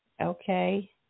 Okay